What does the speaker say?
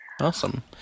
awesome